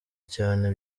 cyane